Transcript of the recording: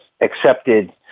accepted